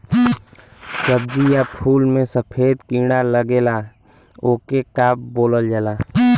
सब्ज़ी या फुल में सफेद कीड़ा लगेला ओके का बोलल जाला?